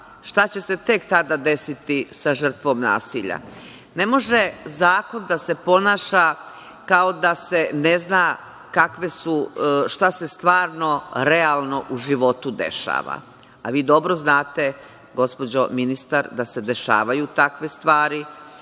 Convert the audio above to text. Šta će se tek tada desiti sa žrtvom nasilja? Ne može zakon da se ponaša kao da se ne zna šta se stvarno realno u životu dešava. Vi dobro znate, gospođo ministar, da se dešavaju takve stvari,